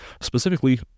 Specifically